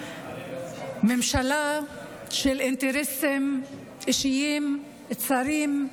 ממשלה של אינטרסים אישיים צרים,